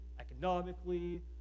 economically